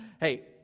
Hey